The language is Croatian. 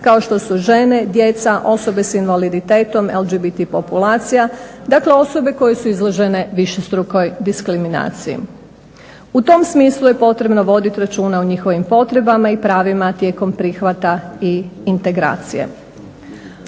kao što su žene, djeca, osobe s invaliditetom, LGBT populacija dakle osobe koje su izložene višestrukoj diskriminaciji. U tom smislu je potrebno voditi računa o njihovim potrebama i pravima tijekom prihvata i integracije.